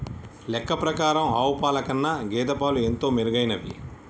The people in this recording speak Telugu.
లెక్క ప్రకారం ఆవు పాల కన్నా గేదె పాలు ఎంతో మెరుగైనవి